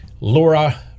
Laura